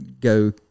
go